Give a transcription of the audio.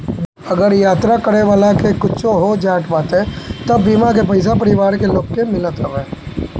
अगर यात्रा करे वाला के कुछु हो जात बाटे तअ बीमा के पईसा परिवार के लोग के मिलत हवे